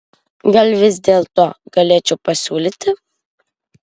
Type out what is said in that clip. gal vis dėlto galėčiau pasiūlyti